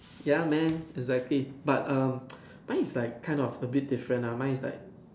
ya man exactly but err mine is like kind of a bit different lah mine is like